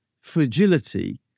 fragility